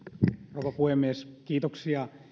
rouva puhemies kiitoksia